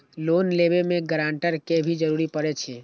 Loan लेबे में grantor के भी जरूरी परे छै?